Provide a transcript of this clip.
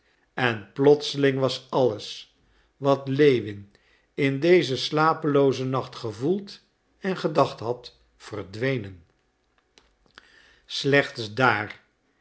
en plotseling was alles wat lewin in dezen slapeloozen nacht gevoeld en gedacht had verdwenen slechts daar